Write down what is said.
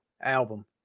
Album